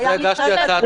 והיה מקרה כזה.